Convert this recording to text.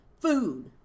food